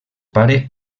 pare